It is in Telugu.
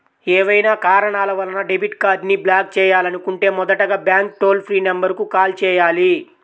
ఏవైనా కారణాల వలన డెబిట్ కార్డ్ని బ్లాక్ చేయాలనుకుంటే మొదటగా బ్యాంక్ టోల్ ఫ్రీ నెంబర్ కు కాల్ చేయాలి